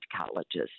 colleges